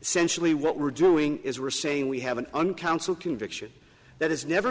essentially what we're doing is we're saying we have an uncountable conviction that has never